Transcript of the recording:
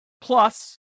Plus